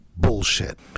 Bullshit